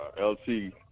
LC